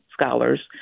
scholars